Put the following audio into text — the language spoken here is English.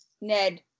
Ned